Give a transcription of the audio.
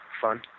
fun